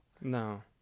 No